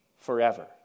forever